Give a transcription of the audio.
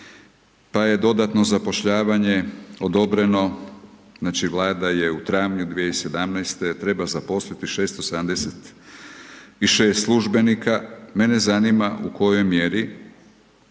pa je dodatno zapošljavanje odobreno, znači Vlada je u travnju 2017.-te, treba zaposliti 676 službenika, mene zanima u kojoj mjeri